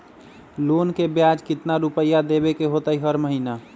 Loan के ब्याज कितना रुपैया देबे के होतइ हर महिना?